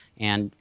and,